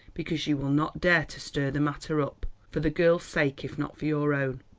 because you will not dare to stir the matter up for the girl's sake if not for your own.